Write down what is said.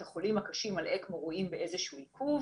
את החולים הקשים על אקמו רואים באיזשהו עיכוב.